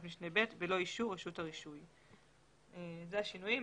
משנה (ב) בלא אישור רשות הרישוי"." אלה השינויים.